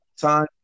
time